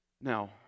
Now